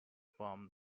from